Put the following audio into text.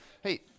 hey